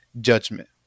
judgment